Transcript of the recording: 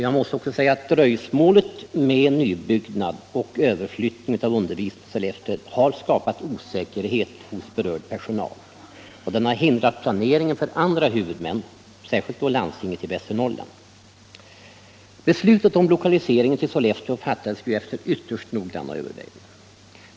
Jag måste också säga att dröjsmålet med nybyggnad och överflyttning av undervisningen till Sollefteå har skapat osäkerhet hos berörd personal och hindrat planeringen för andra huvudmän, särskilt då landstinget i Västernorrlands län. Beslutet om lokaliseringen till Sollefteå fattades ju efter ytterst noggranna överväganden.